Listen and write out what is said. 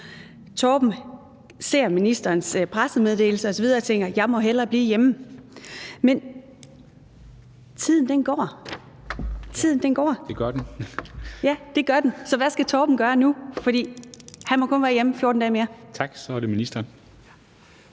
Torben ser ministerens pressemeddelelse og tænker: Jeg må hellere blive hjemme. Men tiden går, tiden den går. Så hvad skal Torben gøre nu, fordi han kun må være hjemme 14 dage mere? Kl. 14:28 Formanden